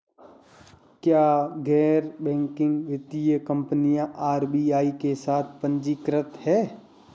क्या गैर बैंकिंग वित्तीय कंपनियां आर.बी.आई के साथ पंजीकृत हैं?